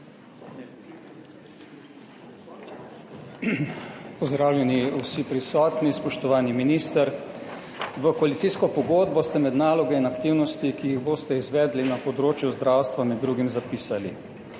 Pozdravljeni vsi prisotni! Spoštovani minister, v koalicijsko pogodbo ste med naloge in aktivnosti, ki jih boste izvedli na področju zdravstva, med drugim zapisali